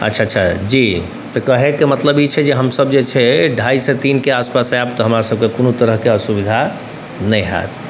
अच्छा अच्छा तऽ जी कहैके मतलब ई छै जे हमसब जे छै अढ़ाइसँ तीनके आसपास आएब तऽ हमरासबके कोनो तरहके असुविधा नहि हैत